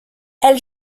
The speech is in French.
elle